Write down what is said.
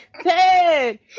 Ted